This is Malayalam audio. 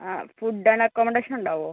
ആ ഫുഡ് ആൻഡ് അക്കോമഡേഷൻ ഉണ്ടാവുമോ